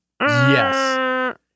yes